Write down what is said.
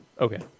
Okay